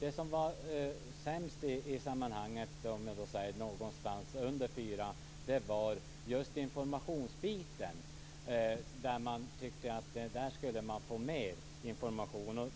Det som var sämst i sammanhanget, någonstans under 4, var just informationsbiten. Man tyckte att man borde få mer information.